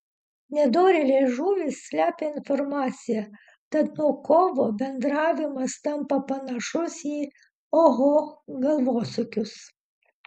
nedorėlės žuvys slepia informaciją tad nuo kovo bendravimas tampa panašus į oho galvosūkius